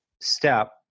step